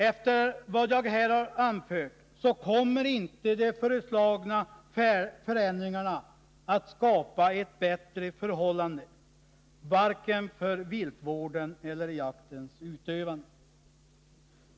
Enligt vad jag här har anfört, så kommer inte de föreslagna förändringarna att skapa bättre förhållanden vare sig för viltvården eller för jaktens utövande.